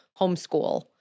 homeschool